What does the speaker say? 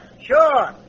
Sure